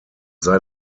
sei